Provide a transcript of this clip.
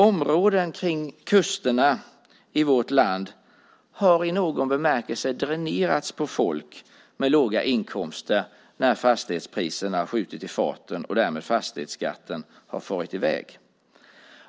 Områden kring kusterna i vårt land har i någon bemärkelse dränerats på folk med låga inkomster när fastighetspriserna har skjutit fart och fastighetsskatten därmed farit i väg.